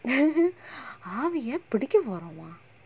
ஆவிய புடிக்க போறோமா:aaviya pudikka poromaa